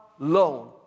alone